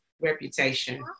reputation